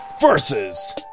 versus